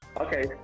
Okay